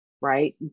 right